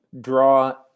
draw